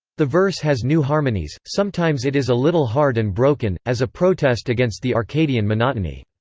the verse has new harmonies sometimes it is a little hard and broken, as a protest against the arcadian monotony.